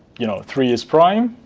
you know three is prime,